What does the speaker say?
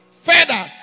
further